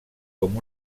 com